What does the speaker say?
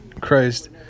Christ